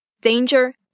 danger